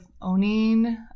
owning